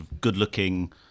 good-looking